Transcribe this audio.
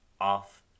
off